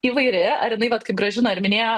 įvairi ar jinai vat kaip gražina ir minėjo